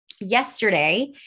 yesterday